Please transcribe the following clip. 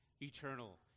eternal